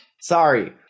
Sorry